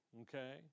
Okay